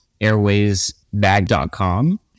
airwaysbag.com